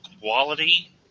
quality